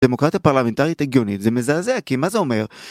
דמוקרטיה פרלמנטרית הגיונית זה מזעזע, כי מה זה אומר?